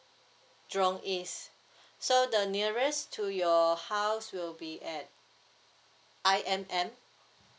jurong east so the nearest to your house will be at I_M_M